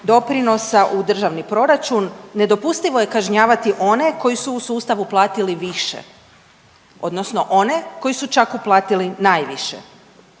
doprinosa u državni proračun nedopustivo je kažnjavati one koji su u sustav uplatili više odnosno one koji su čak uplatili najviše.